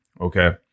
Okay